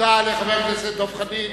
תודה לחבר הכנסת דב חנין.